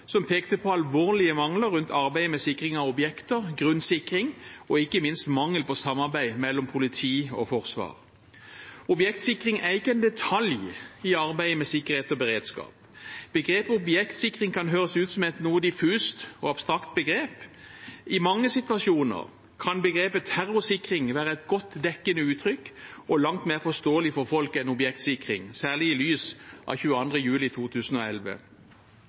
som pekte på alvorlige mangler rundt arbeidet med sikring av objekter, grunnsikring og ikke minst mangel på samarbeid mellom politi og forsvar. For det første: Objektsikring er ikke en detalj i arbeidet med sikkerhet og beredskap. Begrepet «objektsikring» kan høres ut som et noe diffust og abstrakt begrep. I mange situasjoner kan begrepet «terrorsikring» være et godt dekkende uttrykk og langt mer forståelig for folk enn objektsikring – særlig i lys av 22. juli 2011.